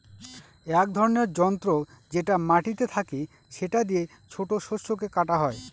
এক ধরনের যন্ত্র যেটা মাটিতে থাকে সেটা দিয়ে ছোট শস্যকে কাটা হয়